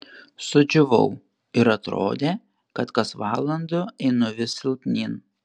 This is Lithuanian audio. sudžiūvau ir atrodė kad kas valandą einu vis silpnyn